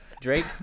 Drake